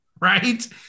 Right